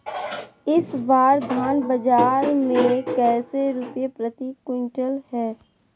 इस बार धान बाजार मे कैसे रुपए प्रति क्विंटल है?